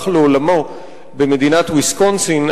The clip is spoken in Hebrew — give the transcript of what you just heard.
במדינת ויסקונסין,